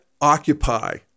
occupy